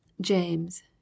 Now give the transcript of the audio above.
James